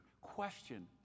question